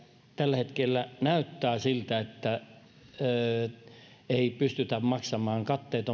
tällä hetkellä myös näyttää siltä että ei pystytä maksamaan katteet